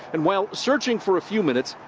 and while searching for a few minutes,